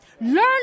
Learn